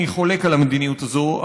אני חולק על המדיניות הזו,